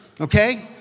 okay